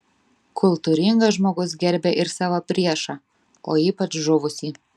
kultūringas žmogus gerbia ir savo priešą o ypač žuvusį